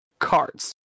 cards